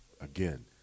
Again